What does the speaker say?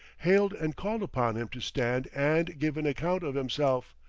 hailed and called upon him to stand and give an account of himself,